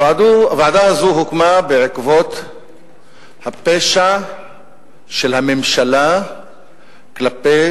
הוועדה הזאת הוקמה בעקבות הפשע של הממשלה כלפי